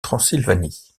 transylvanie